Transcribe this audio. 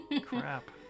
crap